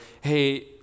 hey